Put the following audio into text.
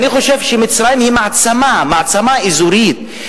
אני חושב שמצרים היא מעצמה, מעצמה אזורית.